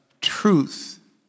truth